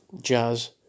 jazz